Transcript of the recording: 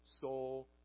soul